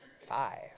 five